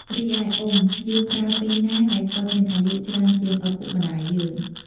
រីឯ "អ៊ុំ" យើងប្រើពេលណាដែលគាត់មានអាយុច្រើនជាងឪពុកម្តាយយើង។